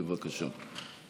בבקשה.